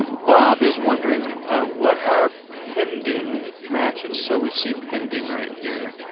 bob is wondering what are pending matches? so we see pending right here.